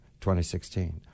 2016